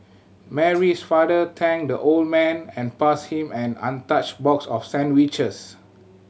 Mary's father thanked the old man and passed him an untouched box of sandwiches